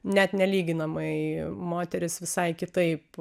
net nelyginamai moteris visai kitaip